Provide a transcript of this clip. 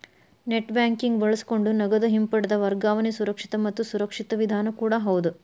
net banking ಬಳಸಕೊಂಡ ನಗದ ಹಿಂಪಡೆದ ವರ್ಗಾವಣೆ ಸುರಕ್ಷಿತ ಮತ್ತ ಸುರಕ್ಷಿತ ವಿಧಾನ ಕೂಡ ಹೌದ್